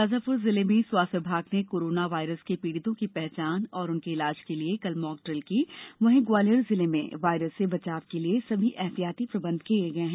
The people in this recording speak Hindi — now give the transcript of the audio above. शाजापुर जिले में स्वास्थ्य विभाग ने कोरोना वायरस के पीड़ितों की पहचान और उनके इलाज के लिए कल मॉकड़िल की वहीं ग्वालियर जिले में वायरस से बचाव के लिए सभी एहतियाती प्रबंध किए गए हैं